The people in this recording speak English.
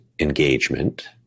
engagement